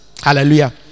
hallelujah